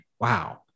Wow